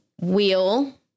Wheel